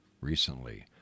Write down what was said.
recently